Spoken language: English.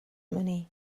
money